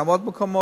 גם בעוד מקומות.